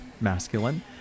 masculine